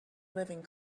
living